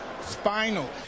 Spinal